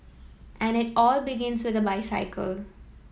and it all begins with bicycle